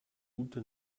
ute